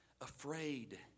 afraid